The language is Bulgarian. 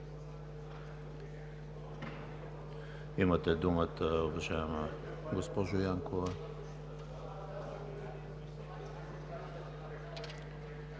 Имате думата, уважаема госпожо Янкова.